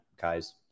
guys